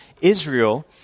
Israel